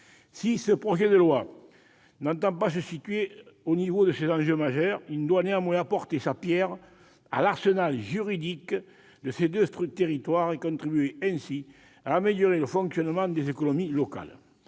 Si ce projet de loi n'a pas vocation à se situer au niveau de ces enjeux majeurs, il doit néanmoins apporter sa pierre à l'édifice juridique des deux territoires et contribuer ainsi à améliorer le fonctionnement des économies locales.